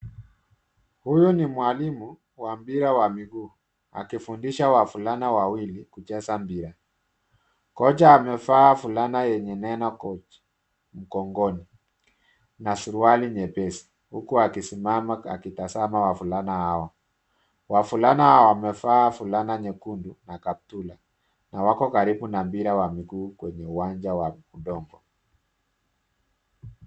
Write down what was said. Huyu ni mwalimu wa mpira wa mguu akifundisha wavulana wawili kucheza mpira. Kocha amevaa fulana yenye neno coach mgongoni na suruali nyepesi huku akisimama akitazama wavulana hao. Wavulana hao wamevaa fulana nyekundu na kaptula na wako karibu na mpira wa mguu kwenye uwanja wa udongo.